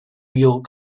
york